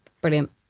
Brilliant